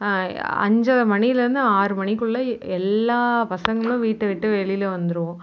அஞ்சரை மணிலேருந்து ஆறு மணிக்குள்ளே எ எல்லா பசங்களும் வீட்டை விட்டு வெளியில் வந்துடுவோம்